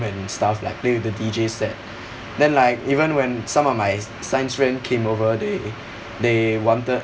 and stuff like play with the deejays there then like even when some of my science friend came over they they wanted